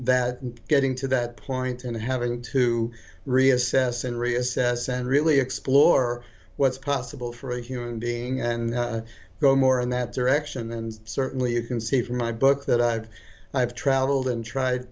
that getting to that point and having to reassess and reassess and really explore what's possible for a human being and go more in that direction and certainly you can see from my book that i've i've traveled and tried